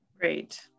Great